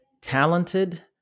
talented